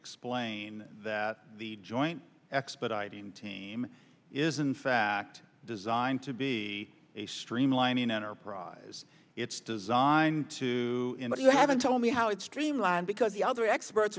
explain that the joint expediting team is in fact designed to be a streamlining enterprise it's designed to but you haven't told me how it streamlined because the other experts